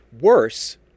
Worse